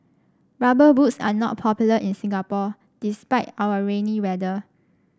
rubber boots are not popular in Singapore despite our rainy weather